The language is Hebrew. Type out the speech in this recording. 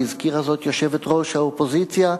והזכירה זאת יושבת-ראש האופוזיציה,